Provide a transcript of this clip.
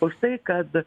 už tai kad